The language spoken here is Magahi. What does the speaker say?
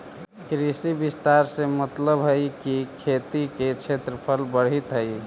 कृषि विस्तार से मतलबहई कि खेती के क्षेत्रफल बढ़ित हई